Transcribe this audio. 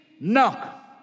knock